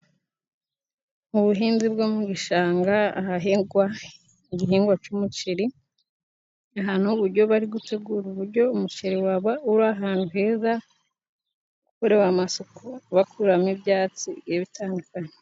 Mu buhinzi bwo mu bishanga ahahingwa, igihingwa cy' umuceri; abantu uburyo bari gutegura uburyo umuceri waba uri ahantu heza kureba amasoko, bakuramo ibyatsi bitandukanye.